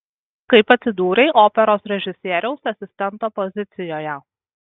kaip atsidūrei operos režisieriaus asistento pozicijoje